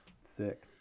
sick